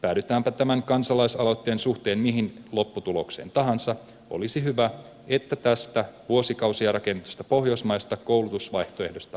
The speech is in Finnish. päädytäänpä tämän kansalaisaloitteen suhteen mihin lopputulokseen tahansa olisi hyvä että tästä vuosikausia rakennetusta pohjoismaisesta koulutusvaihtoehdosta